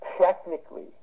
Technically